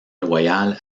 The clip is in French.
loyal